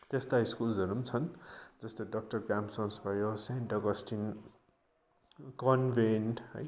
त्यस्ता स्कुल्सहरू पनि छन् जस्तै डक्टर ग्राहम्स होम्स भयो सेन्ट अगस्टिन कन्भेन्ट है